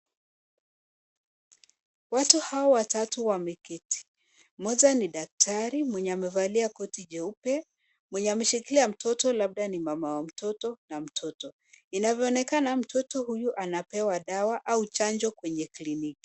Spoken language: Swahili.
Watu hawa watatu wameketi ,moja ni dakatari mwenye amevalia koti jeupe ,mwenye ameshikilia mtoto labda ni mama wa mtoto na mtoto ,inavyoonekana mtoto huyu anapewa dawa au chanjo kwenye kliniki.